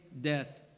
death